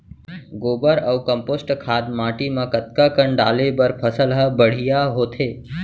गोबर अऊ कम्पोस्ट खाद माटी म कतका कन डाले बर फसल ह बढ़िया होथे?